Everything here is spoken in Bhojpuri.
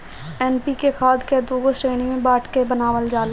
एन.पी.के खाद कअ दूगो श्रेणी में बाँट के बनावल जाला